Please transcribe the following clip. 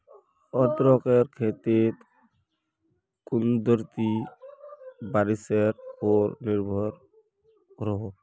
अदरकेर खेती कुदरती बारिशेर पोर निर्भर करोह